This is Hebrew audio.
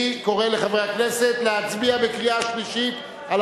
אני קורא לחברי הכנסת להצביע בקריאה שלישית על